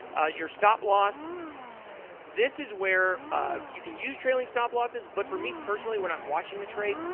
your stop-loss this is where you can use trailing stop-losses, but for me personally when i'm watching the trade,